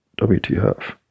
WTF